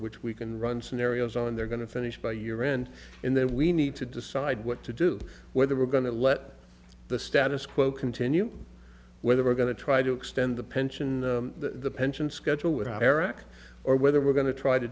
which we can run scenarios on they're going to finish by year end and then we need to decide what to do whether we're going to let the status quo continue whether we're going to try to extend the pension the pension schedule with iraq or whether we're going to try to